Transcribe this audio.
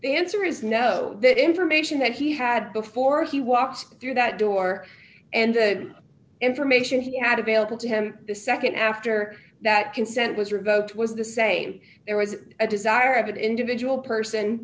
the answer is no that information that he had before he walked through that door and the information he had available to him the nd after that consent was revoked was the same there was a desire of an individual person